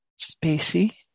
spacey